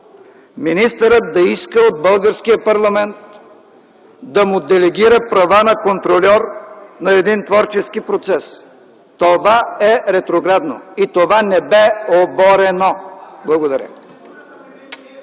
министърът да иска от българския парламент да му делегира права на контрольор на един творчески процес. Това е ретроградно и това не бе оборено. Благодаря.